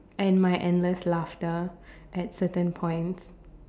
and my endless laughter at certain points